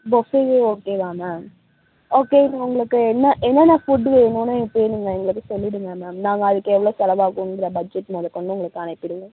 பொஃப்ஃபேவே ஓகேவா ma'am okay உங்களுக்கு என்ன என்னென்ன ஃபுட்டு வேணும்னு இப்பவே நீங்கள் எங்களுக்கு சொல்லிவிடுங்க மேம் நாங்கள் அதற்கு எவ்வளோ செலவாகுங்கிற பஜ்ஜட் முத கொண்டு உங்களுக்கு அனுப்பிடுவேன்